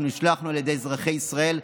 אנחנו נשלחנו על ידי אזרחי ישראל,